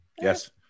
Yes